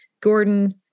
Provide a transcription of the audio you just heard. Gordon